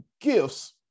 gifts